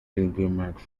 pilgrimage